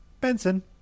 Benson